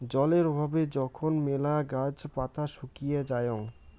জলের অভাবে যখন মেলা গাছ পাতা শুকিয়ে যায়ং